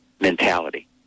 mentality